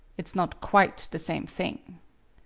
it is not quite the same thing.